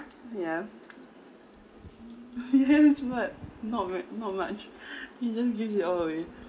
yeah yes but not very not much he just gives it all away